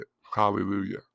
hallelujah